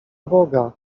boga